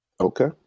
Okay